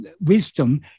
wisdom